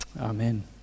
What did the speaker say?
Amen